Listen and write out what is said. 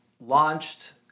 launched